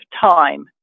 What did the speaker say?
time